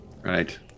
Right